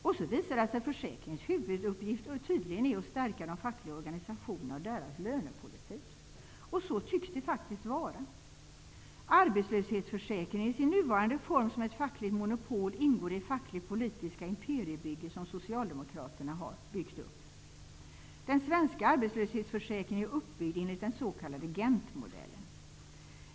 Och så visar det sig att försäkringens huvuduppgift tydligen är att stärka de fackliga organisationerna och deras lönepolitik. Så tycks det faktiskt vara. Arbetslöshetsförsäkringen i sin nuvarande form är ett fackligt monopol som ingår i det fackligtpolitiska imperiebygge som socialdemokraterna har byggt upp. Den svenska arbetslöshetsförsäkringen är uppbyggd enligt den s.k. Gentmodellen.